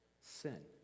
Sin